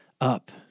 up